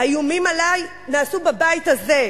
האיומים עלי נעשו בבית הזה,